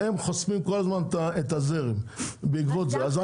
והן חוסמות כל הזמן את הזרם בעקבות זה.